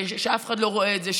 שאף אחד לא רואה את זה,